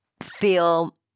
feel